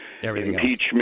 impeachment